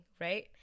right